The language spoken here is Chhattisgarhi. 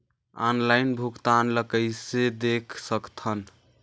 ऑनलाइन भुगतान ल कइसे देख सकथन?